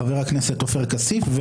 חבר הכנסת עופר כסיף,